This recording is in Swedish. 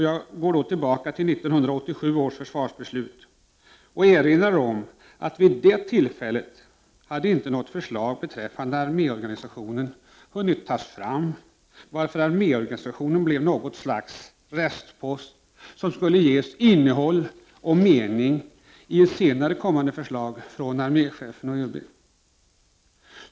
Jag går då tillbaka till 1987 års försvarsbeslut och erinrar om att vid det tillfället hade inte något förslag beträffande arméorganisationen hunnit arbetas fram, varför arméorganisationen blev något av en restpost, som skulle ges innehåll och mening i ett senare kommande förslag från arméchefen och ÖB.